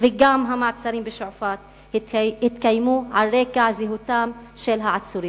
וגם המעצרים בשועפאט התקיימו על רקע זהותם של העצורים.